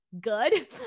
good